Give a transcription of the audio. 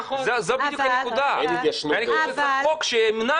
זו בדיוק הנקודה ואני חושב שצריך חוק שימנע